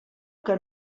que